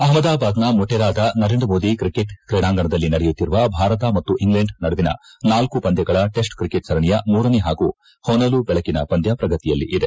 ಅಪಮದಾಬಾದ್ನ ಮೊಟೆರಾದ ನರೇಂದ್ರ ಮೋದಿ ಕ್ರಿಕೆಟ್ ಕ್ರೀಡಾಂಗಣದಲ್ಲಿ ನಡೆಯುಕ್ತಿರುವ ಭಾರತ ಮತ್ತು ಇಂಗ್ಲೆಂಡ್ ನಡುವಿನ ನಾಲ್ಕು ಪಂದ್ವಗಳ ಟೆಸ್ಟ್ ಕ್ರಿಕೆಟ್ ಸರಣಿಯ ಮೂರನೇ ಹಾಗೂ ಹೊನಲು ಬೆಳಕಿನ ಪಂದ್ವ ಪ್ರಗತಿಯಲ್ಲಿದೆ